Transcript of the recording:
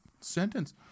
sentence